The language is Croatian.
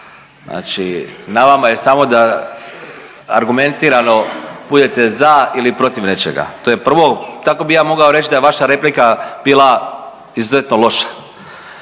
Znači na vama je samo da argumentirano budete za ili protiv nečega. To je prvo. Tako bih ja mogao reći da je vaša replika bila izuzetno loša,